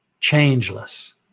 changeless